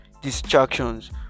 distractions